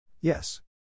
yes